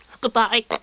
Goodbye